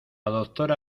doctora